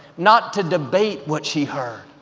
not to debate what she heard.